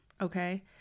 okay